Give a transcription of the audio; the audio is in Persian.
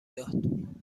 داد